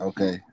Okay